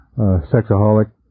sexaholic